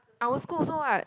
our school also what